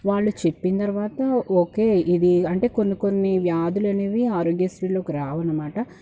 వాళ్ళు చెప్పిన తర్వాత ఓకే ఇది అంటే కొన్ని కొన్ని వ్యాధులనేవి ఆరోగ్యశ్రీలోకి రావన్నమాట